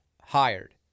hired